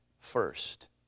First